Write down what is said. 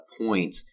point